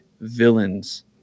villains